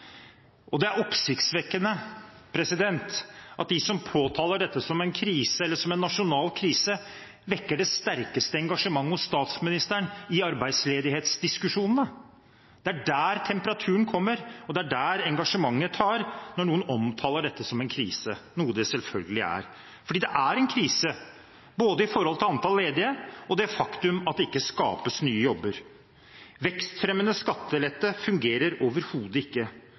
arbeid. Det er oppsiktsvekkende at de som påtaler dette som en nasjonal krise, vekker det sterkeste engasjementet hos statsministeren i arbeidsledighetsdiskusjonene. Det er der temperaturen kommer, og det er der engasjementet er, når noen omtaler dette som en krise, noe det selvfølgelig er. Det er en krise når det gjelder både antall ledige og det faktum at det ikke skapes nye jobber. Vekstfremmende skattelette fungerer overhodet ikke.